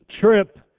trip